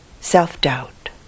self-doubt